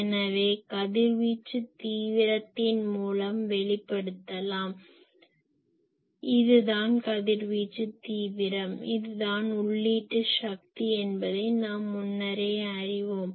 எனவே கதிர்வீச்சு தீவிரத்தின் மூலம் வெளிப்படுத்தலாம் இது தான் கதிர்வீச்சு தீவிரம் இது தான் உள்ளீட்டு சக்தி என்பதை நாம் முன்னரே அறிவோம்